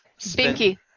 Binky